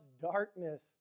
darkness